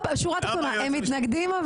הם מתנגדים.